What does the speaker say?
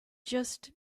just